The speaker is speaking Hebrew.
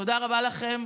תודה רבה לכם.